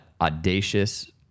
audacious